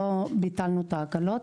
לא ביטלנו את ההקלות,